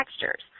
textures